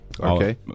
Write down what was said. Okay